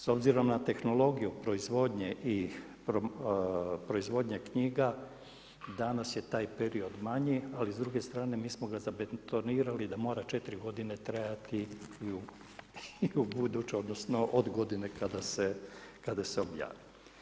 S obzirom na tehnologiju proizvodnje i proizvodnje knjiga, danas je taj period manje ali s druge strane, mi smo ga zabetonirali da mora 4 g. trajati i u buduće odnosno od godine kada se objavi.